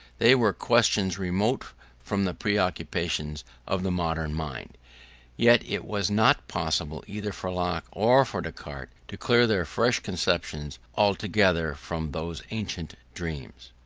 they were questions remote from the preoccupations of the modern mind yet it was not possible either for locke or for descartes to clear their fresh conceptions altogether from those ancient dreams.